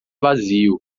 vazio